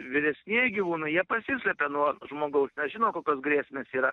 vyresnieji gyvūnai jie pasislepia nuo žmogaus žino kokios grėsmės yra